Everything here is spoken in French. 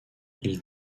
ils